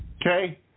okay